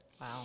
Wow